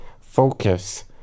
focus